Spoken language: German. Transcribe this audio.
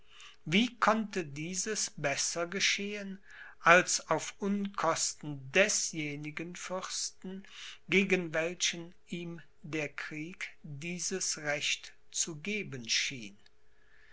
wie konnte dieses besser geschehen als auf unkosten desjenigen fürsten gegen welchen ihm der krieg dieses recht zu geben schien